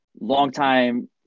longtime